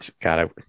God